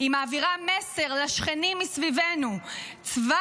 היא העבירה מסר לשכנים מסביבנו שצבא